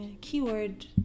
Keyword